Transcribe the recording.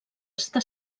està